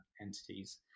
entities